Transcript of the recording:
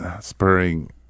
spurring